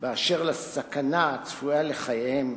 באשר לסכנה הצפויה לחייהם